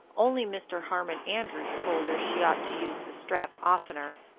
only mr. harmon andrews told her she ought to use the strap oftener.